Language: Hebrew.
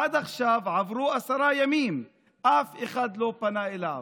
עד עכשיו עברו עשרה ימים ואף אחד לא פנה אליו.